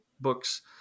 books